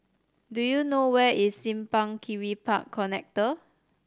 do you know where is Simpang Kiri Park Connector